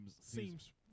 seems